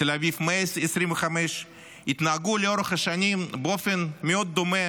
תל אביב 125התנהגו לאורך השנים באופן מאוד דומה